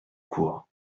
cour